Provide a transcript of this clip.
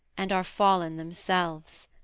and are fallen themselves.